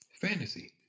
Fantasy